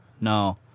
no